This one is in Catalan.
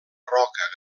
roca